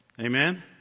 Amen